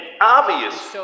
obvious